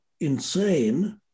insane